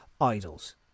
idols